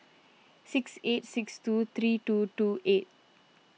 six eight six two three two two eight